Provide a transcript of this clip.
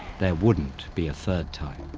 there wouldn't be a third time,